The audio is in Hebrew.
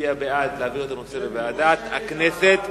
מצביע בעד העברת הנושא לוועדת הכנסת,